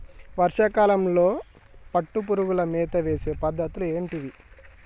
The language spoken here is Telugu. వర్షా కాలంలో పట్టు పురుగులకు మేత వేసే పద్ధతులు ఏంటివి?